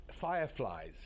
Fireflies